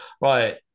right